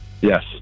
Yes